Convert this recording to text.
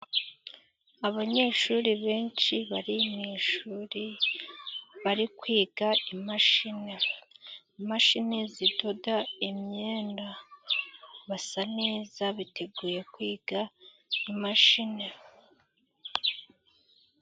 Abanyeshuri benshi bari mu ishuri bari kwiga imashini, imashini zidoda imyenda, basa neza biteguye kwiga imashini.